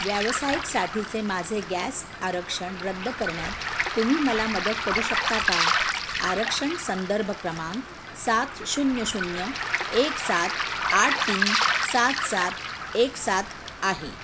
व्यावसायिकसाठीचे माझे गॅस आरक्षण रद्द करण्यात तुम्ही मला मदत करू शकता का आरक्षण संदर्भ क्रमांक सात शून्य शून्य एक सात आठ तीन सात सात एक सात आहे